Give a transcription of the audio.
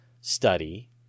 study